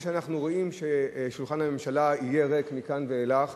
זה שאנחנו רואים ששולחן הממשלה יהיה ריק מכאן ואילך,